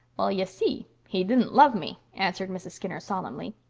well, y'see, he didn't love me, answered mrs. skinner, solemnly.